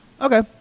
Okay